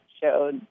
showed